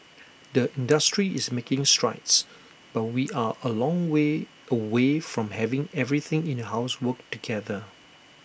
the industry is making strides but we are A long way away from having everything in your house work together